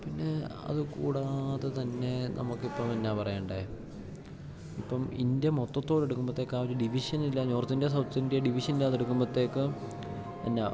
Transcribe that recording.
പിന്നെ അത് കൂടാതെ തന്നെ നമുക്കിപ്പം എന്നാ പറയണ്ടേ ഇപ്പം ഇന്ത്യ മൊത്തത്തോടെ എടുക്കുമ്പത്തേക്ക് ഒര് ഡിവിഷനില്ല നോർത്ത് ഇന്ത്യ സൗത്ത് ഇന്ത്യ ഡിവിഷനില്ലാതെ എടുക്കുമ്പത്തേക്ക് എന്നാ